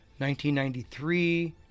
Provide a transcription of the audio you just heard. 1993